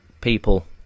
people